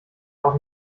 auch